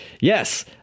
yes